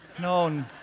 No